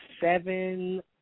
seven